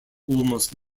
almost